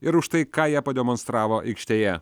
ir už tai ką jie pademonstravo aikštėje